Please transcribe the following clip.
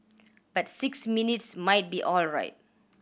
but six minutes might be alright